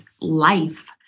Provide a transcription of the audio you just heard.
life